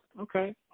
Okay